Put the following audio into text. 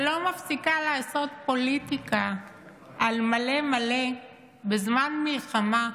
שלא מפסיקה לעשות פוליטיקה על מלא מלא בזמן מלחמה,